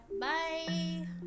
bye